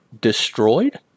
destroyed